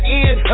end